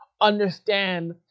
understand